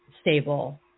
stable